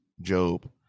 Job